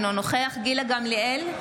אינו נוכח גילה גמליאל,